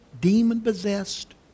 demon-possessed